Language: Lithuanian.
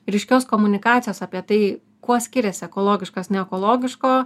ryškios komunikacijos apie tai kuo skiriasi ekologiškas ne ekologiško